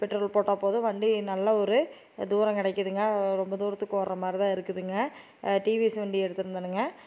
petrol போட்டால் போதும் வண்டி நல்ல ஒரு தூரம் கிடைக்கிதுங்க ரொம்ப தூரத்துக்கு ஓடுற மாதிரி தான் இருக்குதுங்க டிவிஎஸ் வண்டி எடுத்துருந்தனுங்க